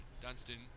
Dunston